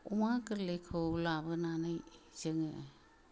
अमा गोरलैखौ लाबोनानै जोङो